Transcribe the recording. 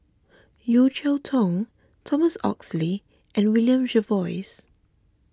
Yeo Cheow Tong Thomas Oxley and William Jervois